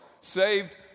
saved